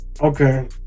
Okay